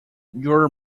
your